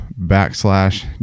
backslash